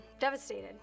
devastated